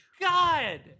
God